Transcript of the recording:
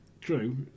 True